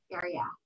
area